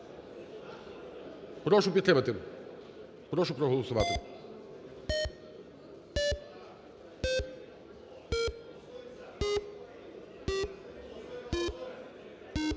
Прошу підтримати, прошу проголосувати.